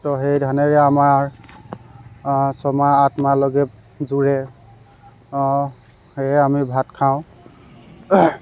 ত সেই ধানেৰে আমাৰ ছয় মাহ আঠ মাহলৈকে জোৰে সেয়ে আমি ভাত খাওঁ